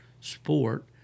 sport